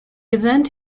event